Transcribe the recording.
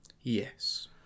Yes